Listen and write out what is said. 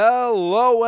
Hello